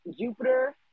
Jupiter